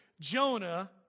Jonah